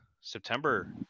September